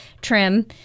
trim